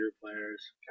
players